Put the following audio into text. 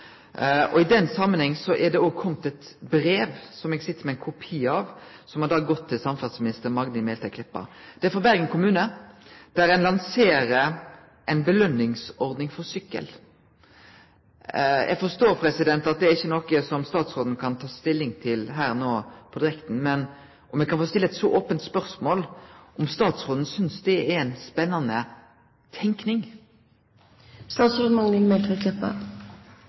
vore. I den samanhengen har det kome eit brev som eg sit med kopi av, som har gått til samferdselsminister Magnhild Meltveit Kleppa. Det er frå Bergen kommune, der dei lanserer ei belønningsordning for sykkel. Eg forstår at dette ikkje er noko som statsråden kan ta stilling til her på direkten, men kan eg få stille eit ope spørsmål: Synest statsråden det er ei spennande